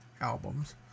albums